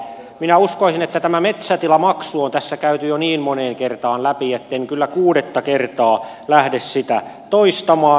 minä uskoisin että tämä metsätilamaksu on tässä käyty jo niin moneen kertaan läpi etten kyllä kuudetta kertaa lähde sitä toistamaan